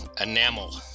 enamel